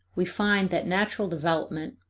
we find that natural development,